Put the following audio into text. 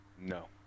no